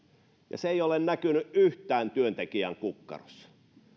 ja se ei ole näkynyt yhtään työntekijän kukkarossa